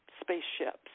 spaceships